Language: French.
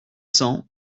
cents